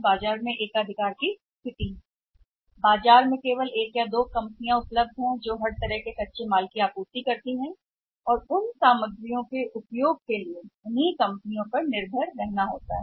सभी तरह के कच्चे की आपूर्ति के लिए केवल एक कंपनी या दो कंपनियां बाजार में उपलब्ध हैं सामग्री और उस सामग्री के सभी उपयोग उन कंपनियों पर निर्भर होते हैं